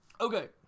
Okay